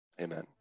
Amen